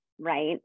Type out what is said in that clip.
right